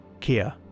Kia